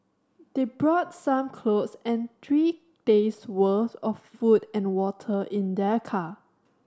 they brought some clothes and three days' worth of food and water in their car